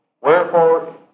Wherefore